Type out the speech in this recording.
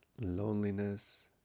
Loneliness